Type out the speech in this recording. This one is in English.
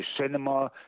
cinema